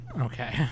Okay